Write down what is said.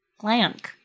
Planck